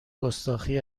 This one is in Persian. گستاخی